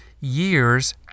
years